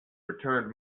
returned